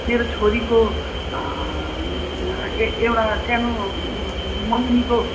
मेरो छोरीको एउटा सानो मगनीको